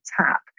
tap